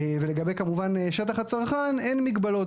ולגבי כמובן שטח הצרכן, אין מגבלות.